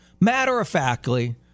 matter-of-factly